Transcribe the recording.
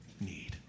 need